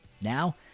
Now